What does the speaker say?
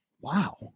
wow